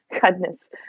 Goodness